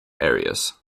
areas